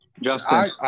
Justin